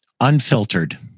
Unfiltered